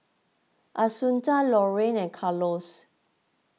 Assunta Laurene and Carlos